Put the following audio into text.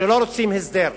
שלא רוצים הסדר.